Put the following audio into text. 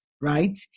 right